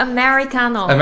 Americano 。